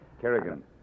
Kerrigan